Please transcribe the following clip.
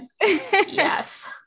yes